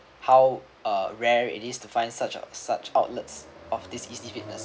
how uh rare it is to find such as such outlets of this easy fitness